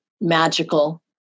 magical